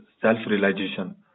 self-realization